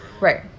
Right